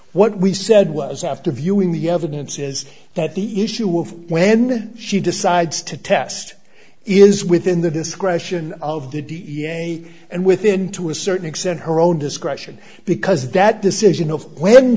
what we said was after viewing the evidence is that the issue of when she decides to test is within the discretion of the da and within to a certain extent her own discretion because that decision of w